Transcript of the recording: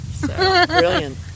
Brilliant